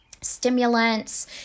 stimulants